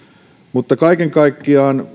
mutta kaiken kaikkiaan